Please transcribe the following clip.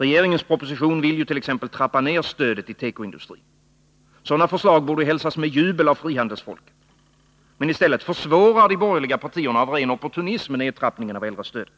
Regeringens proposition vill t.ex. trappa ned stödet till tekoindustrin. Sådana förslag borde ju hälsas med jubel av frihandelsfolket. Men i stället försvårar de borgerliga partierna av ren oppoturnism nedtrappningen av äldrestödet.